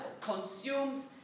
consumes